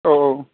औ औ